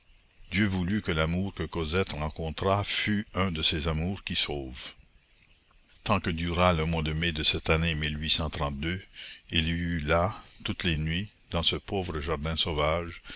dieu voulut que l'amour que cosette rencontra fût un de ces amours qui sauvent tant que dura le mois de mai de cette année il y eut là toutes les nuits dans ce pauvre jardin sauvage